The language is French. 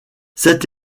sept